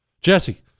Jesse